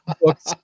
books